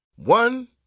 One